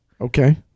Okay